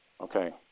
Okay